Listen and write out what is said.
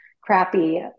crappy